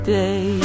day